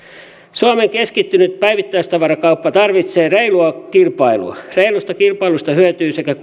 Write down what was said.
suomen keskittynyt päivittäistavarakauppa tarvitsee reilua kilpailua reilusta kilpailusta hyötyvät sekä